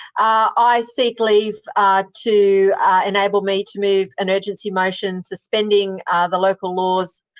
i seek leave to enable me to move an urgency motion suspending the local laws